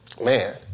Man